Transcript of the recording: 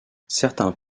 certains